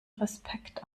respekt